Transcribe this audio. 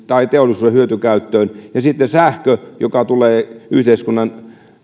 tai teollisuuden hyötykäyttöön ja sitten sähkö tulee yhteiskunnan